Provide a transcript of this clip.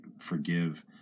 Forgive